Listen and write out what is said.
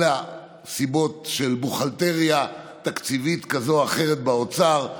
אלא סיבות של בוכהלטריה תקציבית כזאת או אחרת באוצר,